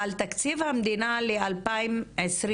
אבל תקציב המדינה ל-2022-2021